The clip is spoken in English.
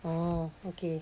oh okay